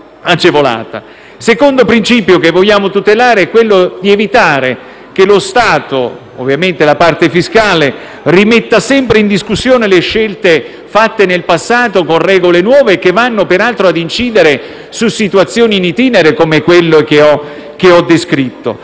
Il secondo principio che vogliamo tutelare è quello di evitare che lo Stato, nella sua amministrazione fiscale, rimetta sempre in discussione le scelte fatte in passato con regole nuove, che peraltro vanno a incidere su situazioni *in itinere* come quelle che ho descritto.